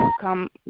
come